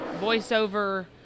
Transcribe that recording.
voiceover